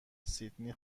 سیدنی